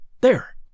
there